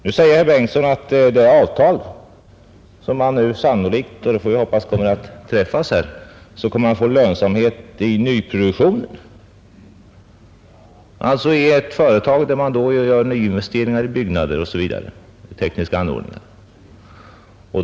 Nu säger herr Bengtsson att med det avtal, som sannolikt kommer att träffas, får man lönsamhet i nyproduktionen, alltså i ett företag där man gör nyinvesteringar i byggnader, installerar tekniska anordningar osv.